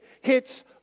hits